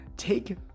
take